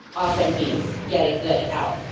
often means getting good out.